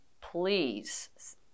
please